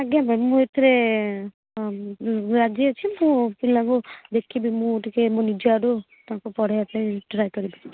ଆଜ୍ଞା ମ୍ୟାମ ମୁଁ ଏଥିରେ ରାଜି ଅଛି ମୁଁ ପିଲାଙ୍କୁ ଦେଖିବି ମୁଁ ଟିକେ ମୋ ନିଜ ଆଡ଼ୁ ତାଙ୍କୁ ପଢ଼ାଇବା ପାଇଁ ଟ୍ରାଏ କରିବି